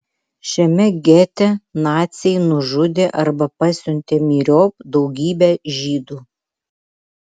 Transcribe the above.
šiame gete naciai nužudė arba pasiuntė myriop daugybę žydų